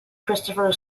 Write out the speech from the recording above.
christopher